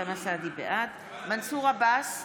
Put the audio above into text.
בעד מנסור עבאס,